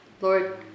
Lord